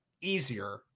easier